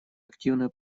активную